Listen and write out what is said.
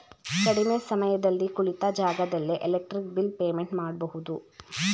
ಕಡಿಮೆ ಸಮಯದಲ್ಲಿ ಕುಳಿತ ಜಾಗದಲ್ಲೇ ಎಲೆಕ್ಟ್ರಿಕ್ ಬಿಲ್ ಪೇಮೆಂಟ್ ಮಾಡಬಹುದು